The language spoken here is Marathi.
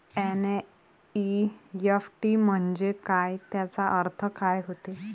एन.ई.एफ.टी म्हंजे काय, त्याचा अर्थ काय होते?